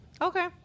Okay